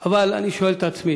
אבל, אני שואל את עצמי,